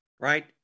right